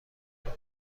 کرده